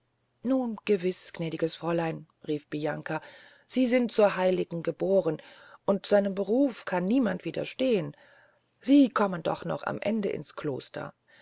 nun gewiß gnädiges fräulein rief bianca sie sind zur heiligen gebohren und seinem beruf kann niemand wiederstehn sie kommen doch noch am ende ins kloster